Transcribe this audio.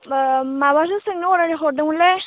अ माबासो सोंनो हरदोंमोनलै